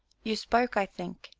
you spoke, i think!